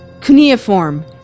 cuneiform